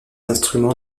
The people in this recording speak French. instrument